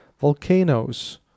volcanoes